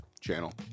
channel